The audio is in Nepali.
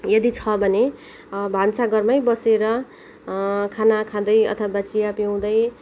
यदि छ भने भान्सा घरमै बसेर खाना खाँदै अथवा चिया पिउँदै